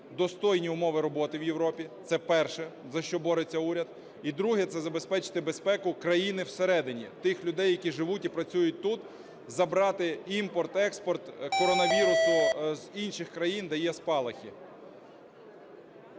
достойні умови роботи в Європі. Це перше, за що бореться уряд. І друге - це забезпечити безпеку країни всередині, тих людей, які живуть і працюють тут, забрати імпорт-експорт коронавірусу з інших країн, де є спалахи.